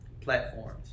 platforms